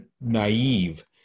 naive